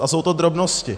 A jsou to drobnosti.